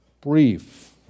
brief